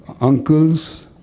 uncles